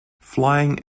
flying